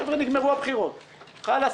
חבר'ה, נגמרו הבחירות, חאלס.